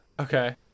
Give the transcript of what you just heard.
Okay